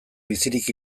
bizirik